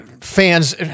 fans